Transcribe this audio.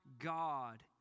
God